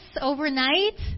overnight